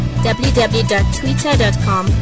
www.twitter.com